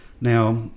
Now